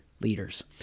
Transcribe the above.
leaders